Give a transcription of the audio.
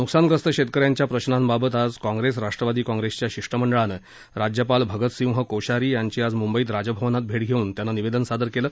न्कसानग्रस्त शेतक यांच्या प्रश्नांबाबत आज काँग्रेस राष्ट्रवादी काँग्रेसच्या शिष्ट मंडळानं राज्यपाल भगतसिंह कोश्यारी यांची आज मुंबईत राजभवनात भेट घेऊन त्यांना निवेदन सादर केलं